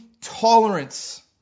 tolerance